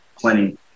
plenty